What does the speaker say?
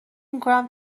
میکنم